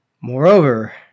Moreover